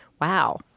wow